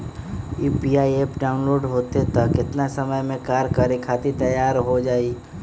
UPI app download होई त कितना समय मे कार्य करे खातीर तैयार हो जाई?